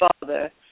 father